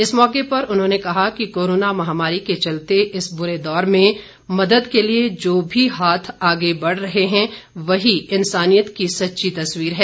इस मौके पर उन्होंने कहा कि कोरोना महामारी के चलते इस बुरे दौर में मदद के लिए जो भी हाथ आगे बढ़ रहे हैं वही इन्सानियत की सच्ची तस्वीर है